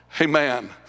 Amen